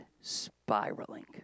spiraling